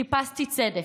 חיפשתי צדק.